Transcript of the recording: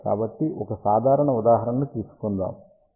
కాబట్టి ఒక సాధారణ ఉదాహరణ ని తీసుకోండి